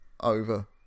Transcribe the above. over